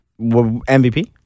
MVP